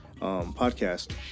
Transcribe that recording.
podcast